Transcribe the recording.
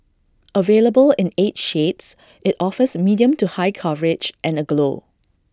available in eight shades IT offers medium to high coverage and A glow